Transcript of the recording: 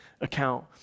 account